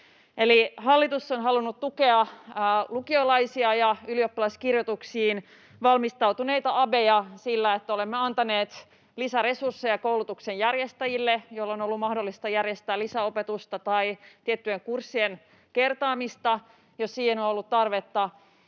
hallitus on halunnut tukea lukiolaisia ja ylioppilaskirjoituksiin valmistautuvia abeja sillä, että olemme antaneet lisäresursseja koulutuksenjärjestäjille, jolloin on ollut mahdollista järjestää lisäopetusta tai tiettyjen kurssien kertaamista, jos siihen on ollut tarvetta.